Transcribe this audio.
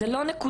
זה לא נקודתי.